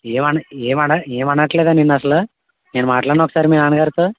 ఏమన ఏమన ఏమనట్లేదా నిన్ను అసల నేను మాట్లాడనా ఒకసారి మీ నాన్న గారితో